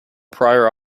prior